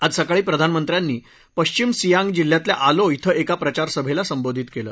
आज सकाळी प्रधानमंत्र्यांनी पश्चिम सियांग जिल्ह्यातल्या आलो इथं एका प्रचार सभेला संबोधित केलं